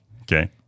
Okay